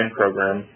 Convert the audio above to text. program